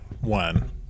one